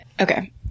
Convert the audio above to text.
Okay